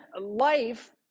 life